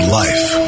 life